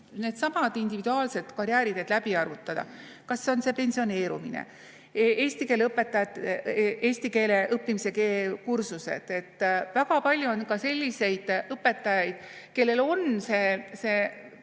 needsamad individuaalsed karjääriteed läbi arutada: kas see on pensioneerumine või eesti keele õppimise kursused. Väga palju on ka selliseid õpetajaid, kellel on